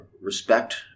respect